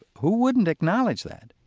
who wouldn't acknowledge that?